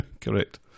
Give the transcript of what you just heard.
Correct